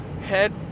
head